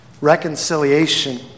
reconciliation